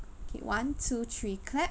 okay one two three clap